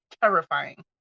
terrifying